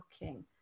looking